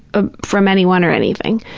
ah from anyone or anything.